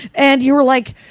and you were like,